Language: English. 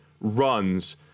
runs